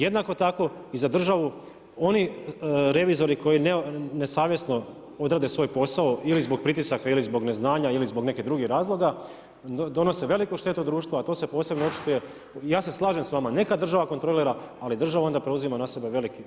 Jednako tako, i za državu oni revizori koji nesavjesno odrade svoj posao ili zbog pritisaka ili zbog neznanja ili zbog nekih drugih razloga donose veliku štetu društva to se posebno očituje, ja se slažem s vama, neka država kontrolira ali država onda preuzima na sebe veliki rizik.